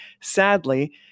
sadly